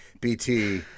BT